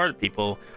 people